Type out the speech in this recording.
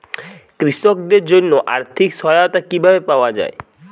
কৃষকদের জন্য আর্থিক সহায়তা কিভাবে পাওয়া য়ায়?